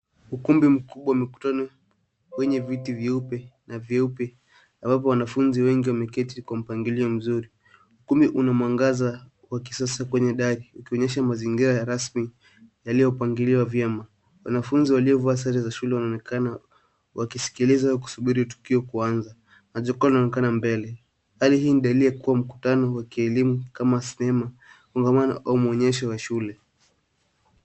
Ukumbi mkubwa wa mikutano wenye viti vyeupe vyeupe alafu wanafunzi wameketi kwa mpangilio mzuri. Ukumbi una mwangaza wa kisasa kwenye dari ukionyesha mazingira ya rasmi yaliyo pangiliwa vyema. Wanafunzi waliovaa sare za shule wanaonekana wakisikiliza na kusubili tukio kuanza. Majukwaa yanaonekana mbele kwani hii dalili ya kuwa mkutano wa kielimu kama sinema au maonyesho ya shule.